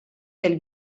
del